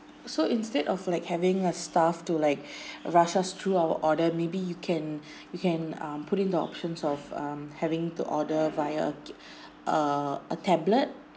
so instead of like having a staff to like rush us through our order maybe you can you can um put in the options of um having to order via a a tablet